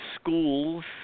schools